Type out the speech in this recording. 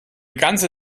ganze